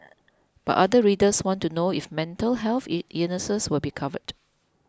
but other readers want to know if mental health ill illnesses will be covered